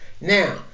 Now